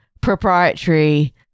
proprietary